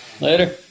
later